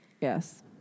Yes